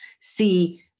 see